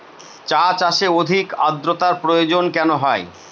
চা চাষে অধিক আদ্রর্তার প্রয়োজন কেন হয়?